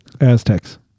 Aztecs